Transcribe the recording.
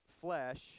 flesh